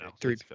three